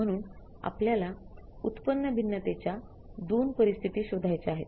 म्हणून आपल्यला उत्पन्न भिन्नतेच्या २ परिस्थिती शोधायच्या आहेत